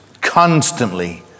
constantly